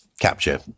capture